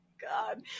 God